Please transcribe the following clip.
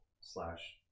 slash